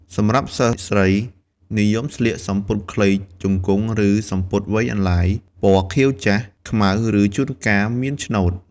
សម្រាប់សិស្សស្រីនិយមស្លៀក សំពត់ខ្លីជង្គង់ ឬសំពត់វែងអន្លាយ ពណ៌ខៀវចាស់ ខ្មៅ ឬជួនកាលមានឆ្នូត។